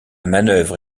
manœuvre